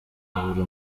abura